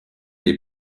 les